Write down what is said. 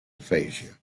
aphasia